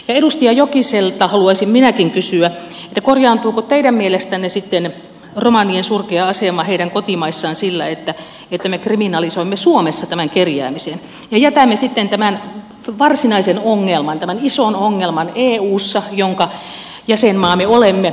edustaja jokiselta haluaisin minäkin kysyä korjaantuuko teidän mielestänne romanien surkea asema heidän kotimaissaan sillä että me kriminalisoimme suomessa tämän kerjäämisen ja jätämme sitten tämän varsinaisen ongelman tämän ison ongelman eussa jonka jäsenmaa me olemme hoitamatta